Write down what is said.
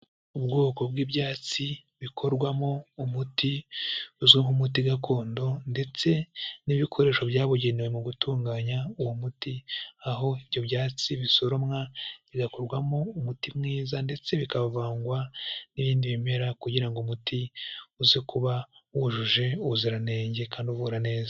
Ubwoko bw'ibyatsi bikorwamo umuti uzwi nk'umuti gakondo ndetse n'ibikoresho byabugenewe mu gutunganya uwo muti, aho ibyo byatsi bisoromwa bigakorwamo umuti mwiza ndetse bikavangwa n'ibindi bimera kugira ngo umuti uze kuba wujuje ubuziranenge kandi uvura neza.